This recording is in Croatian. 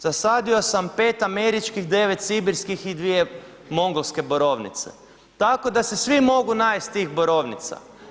Zasadio sam 5 američkih, 9 sibirskih i dvije mongolske borovnice tako da se svi mogu na jesti tih borovnica.